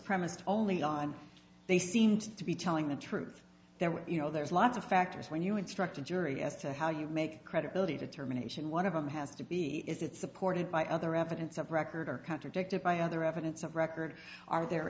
premised only on they seemed to be telling the truth there were you know there's lots of factors when you instructed jury as to how you make credibility determination one of them has to be is that supported by other evidence of record or contradicted by other evidence of record are the